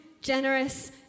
generous